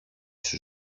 σου